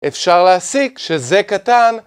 אפשר להסיק שזה קטן